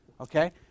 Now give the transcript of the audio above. okay